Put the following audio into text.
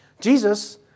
Jesus